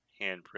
handprint